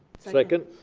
second.